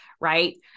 right